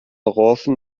orangen